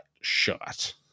shot